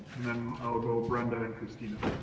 and then i'll go brenda and kristina.